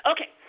Okay